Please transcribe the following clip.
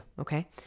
okay